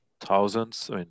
thousands